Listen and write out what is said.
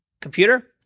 Computer